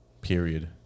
period